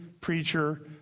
preacher